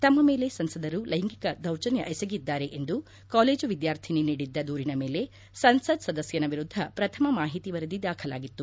ತಮ್ಮ ಮೇಲೆ ಸಂಸದರು ಲೈಂಗಿಕ ದೌರ್ಜನ್ಥ ಎಸಗಿದ್ದಾರೆ ಎಂದು ಕಾಲೇಜು ವಿದ್ಯಾರ್ಥಿನಿ ನೀಡಿದ್ದ ದೂರಿನ ಮೇಲೆ ಸಂಸತ್ ಸದಸ್ನನ ವಿರುದ್ದ ಪ್ರಥಮ ಮಾಹಿತಿ ವರದಿ ದಾಖಲಾಗಿತ್ತು